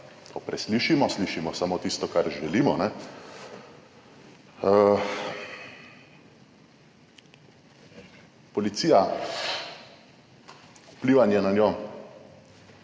To preslišimo, slišimo samo tisto, kar želimo. Policija, vplivanje na njo,